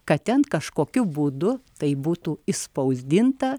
kad ten kažkokiu būdu tai būtų išspausdinta